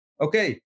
okay